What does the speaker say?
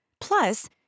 Plus